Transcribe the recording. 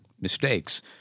mistakes